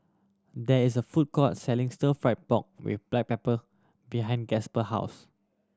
there is a food court selling Stir Fried Pork With Black Pepper behind Gasper house